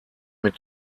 mit